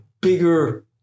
bigger